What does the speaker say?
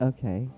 Okay